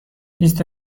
بیست